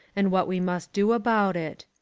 and what we must do about it.